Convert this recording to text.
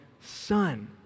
son